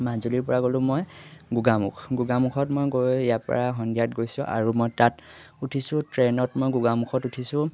মাজুলীৰপৰা গ'লোঁ মই গোগামুখ গোগামুখত মই গৈ ইয়াৰপৰা সন্ধিয়াত গৈছোঁ আৰু মই তাত উঠিছোঁ ট্ৰেইনত মই গোগামুখত উঠিছোঁ